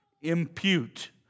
impute